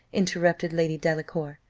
interrupted lady delacour,